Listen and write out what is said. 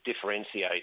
differentiate